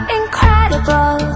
incredible